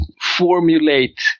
formulate